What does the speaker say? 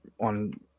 on